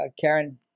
Karen